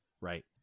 Right